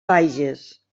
bages